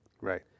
Right